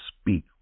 speak